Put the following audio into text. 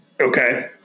Okay